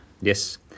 Yes